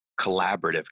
collaborative